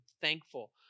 thankful